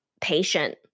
patient